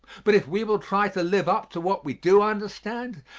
but if we will try to live up to what we do understand,